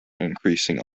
increasing